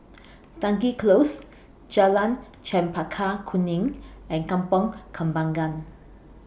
Stangee Close Jalan Chempaka Kuning and Kampong Kembangan